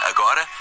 Agora